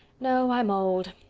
no, i'm old.